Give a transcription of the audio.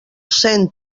sent